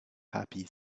happy